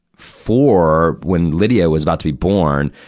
four, when lydia was about to be born,